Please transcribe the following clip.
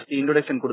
introduction